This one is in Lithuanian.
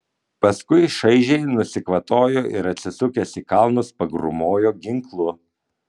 paskui šaižiai nusikvatojo ir atsisukęs į kalnus pagrūmojo ginklu